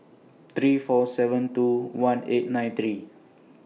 three four seven two one eight nine three